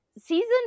Season